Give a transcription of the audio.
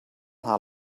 hna